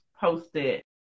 posted